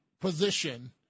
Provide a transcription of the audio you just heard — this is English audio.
position